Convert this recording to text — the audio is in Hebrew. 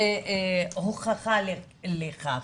הוכיחה לכך.